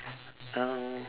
um